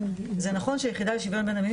זה נכון שהיחידה לשוויון בין המינים